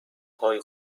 های